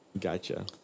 Gotcha